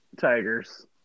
Tigers